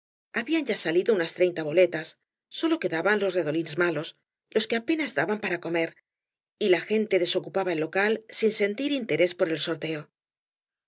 habían ya salido unas treinta boletas sólo quedaban los redolíns malos los que apenas daban para comer y la gente desocupaba el local sin sentir interés por el sorteo